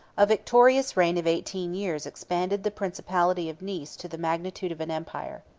a victorious reign of eighteen years expanded the principality of nice to the magnitude of an empire.